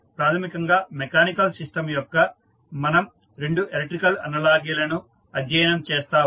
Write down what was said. కాబట్టి ప్రాథమికంగా mechanical system కోసం మనం రెండు ఎలక్ట్రికల్ అనాలజీలను అధ్యయనం చేస్తాము